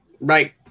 Right